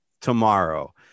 tomorrow